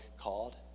called